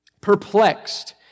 perplexed